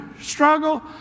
struggle